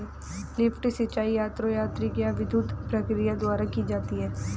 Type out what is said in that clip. lift सिंचाई या तो यांत्रिक या विद्युत प्रक्रिया द्वारा की जाती है